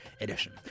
edition